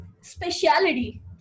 speciality